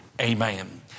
Amen